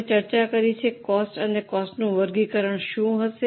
અમે ચર્ચા કરી છે કોસ્ટ અને કોસ્ટનું વર્ગીકરણ શું છે